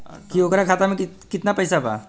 की ओकरा खाता मे कितना पैसा बा?